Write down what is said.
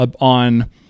on